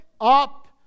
up